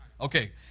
Okay